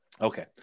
Okay